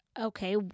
Okay